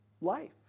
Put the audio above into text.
life